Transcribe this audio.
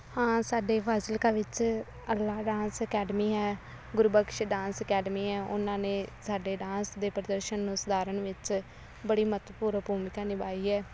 ਹਾਂ ਸਾਡੇ ਫਾਜ਼ਿਲਕਾ ਵਿੱਚ ਅਗਲਾ ਡਾਂਸ ਅਕੈਡਮੀ ਹੈ ਗੁਰਬਖਸ਼ ਡਾਂਸ ਅਕੈਡਮੀ ਹੈ ਉਹਨਾਂ ਨੇ ਸਾਡੇ ਡਾਂਸ ਦੇ ਪ੍ਰਦਰਸ਼ਨ ਨੂੰ ਸੁਧਾਰਨ ਵਿੱਚ ਬੜੀ ਮਹੱਤਵਪੂਰਨ ਭੂਮਿਕਾ ਨਿਭਾਈ ਹੈ